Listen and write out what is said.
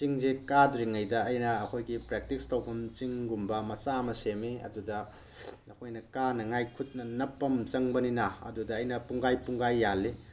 ꯆꯤꯡꯁꯦ ꯀꯥꯗ꯭ꯔꯤꯉꯩꯗ ꯑꯩꯅ ꯑꯩꯈꯣꯏꯒꯤ ꯄ꯭ꯔꯦꯛꯇꯤꯁ ꯇꯧꯐꯝ ꯆꯤꯡꯒꯨꯝꯕ ꯃꯆꯥ ꯑꯃ ꯁꯦꯝꯃꯤ ꯑꯗꯨꯗ ꯑꯩꯈꯣꯏꯅ ꯀꯥꯅꯉꯥꯏ ꯈꯨꯠꯅ ꯅꯞꯄ ꯑꯃ ꯆꯪꯕꯅꯤꯅ ꯑꯗꯨꯗ ꯑꯩꯅ ꯄꯨꯡꯈꯥꯏ ꯄꯨꯡꯈꯥꯏ ꯌꯥꯜꯂꯤ